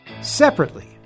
Separately